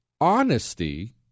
honesty